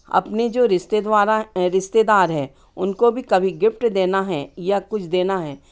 अपने जो रिश्ते द्वारा रिश्तेदार हैं उनको भी कभी गिफ़्ट देना है या कुछ देना है